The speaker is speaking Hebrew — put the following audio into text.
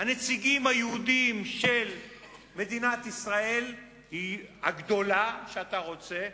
כל הנציגים היהודים של מדינת ישראל הגדולה שאתה רוצה,